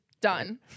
done